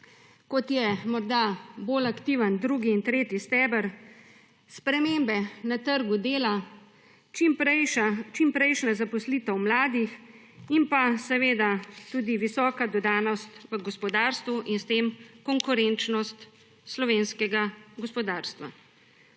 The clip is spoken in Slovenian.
kot je morda bolj aktiven drugi in tretji steber, spremembe na trgu dela, čimprejšnja zaposlitev mladih in tudi visoka dodana vrednost gospodarstvu in s tem konkurenčnost slovenskega gospodarstva.